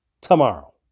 tomorrow